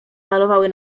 malowały